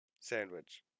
Sandwich